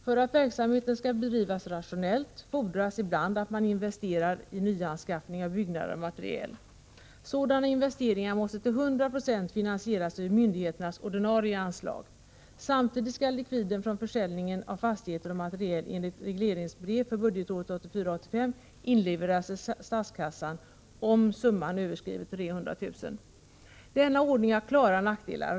För att verksamheten skall bedrivas rationellt fordras ibland att man investerar i nyanskaffning av byggnader och materiel. Sådana investeringar måste till hundra procent finansieras via myndigheternas ordinarie anslag. Samtidigt skall likviden från försäljningen av fastigheter och materiel enligt regleringsbrev för budgetåret 1984/85 inlevereras till statskassan, om summan överskrider 300 000 kr. Denna ordning har klara nackdelar.